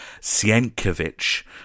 Sienkiewicz